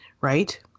Right